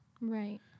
right